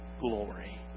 glory